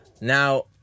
Now